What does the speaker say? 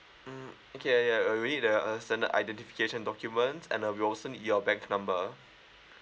mm okay uh yeah we need the uh standard identification documents and uh we also need your bank number